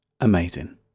amazing